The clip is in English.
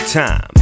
time